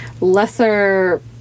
lesser